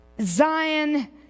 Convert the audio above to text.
Zion